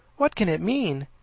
what can it mean?